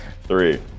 three